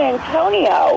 Antonio